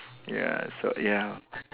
ya so ya